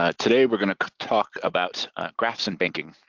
ah today we're gonna talk about graphs and banking.